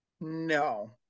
No